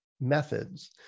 methods